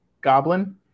goblin